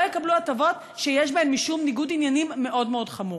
יקבלו הטבות שיש בהן משום ניגוד עניינים מאוד מאוד חמור.